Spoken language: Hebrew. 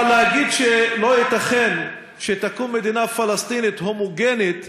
אבל להגיד שלא ייתכן שתקום מדינה פלסטינית הומוגנית,